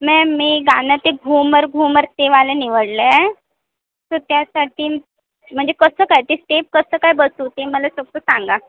ma'am मी गाणं ते घुमर घुमर ते वालं निवडलं आहे तर त्यासाठीच म्हणजे कसं काय ते स्टेप कसं काय बसवू ते मला फक्त सांगा